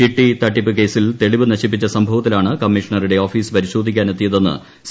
ചിട്ടിതട്ടിപ്പ് കേസിൽ തെളിവ് നശിപ്പിച്ച സംഭവത്തിലാണ് കമ്മീഷണറുടെ ഓഫീസ് പരിശോധിക്കാൻ എത്തിയതെന്ന് സി